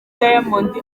diamond